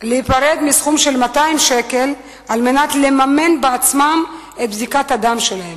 להיפרד מסכום של 200 שקל על מנת לממן בעצמם את בדיקת הדם שלהם.